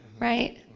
right